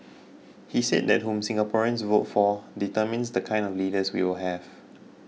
he said that whom Singaporeans vote for determines the kind of leaders we will have